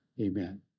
amen